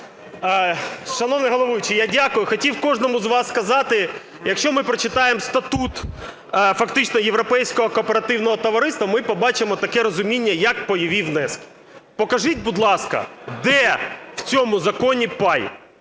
шановний головуючий, я дякую. Хотів кожному з вас сказати, якщо ми прочитаємо статус фактично Європейського кооперативного товариства, ми побачимо таке розуміння, як пайові внески. Покажіть, будь ласка, де в цьому законі пай.